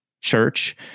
Church